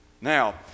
Now